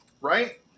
right